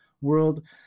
world